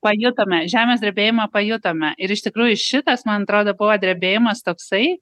pajutome žemės drebėjimą pajutome ir iš tikrųjų šitas man atrodo buvo drebėjimas toksai